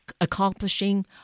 accomplishing